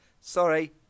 sorry